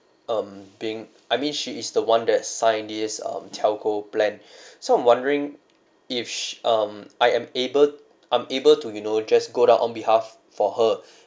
um being I mean she is the one that signed this um telco plan so I'm wondering if sh~ um I am able I'm able to you know just go down on behalf for her